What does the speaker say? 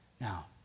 Now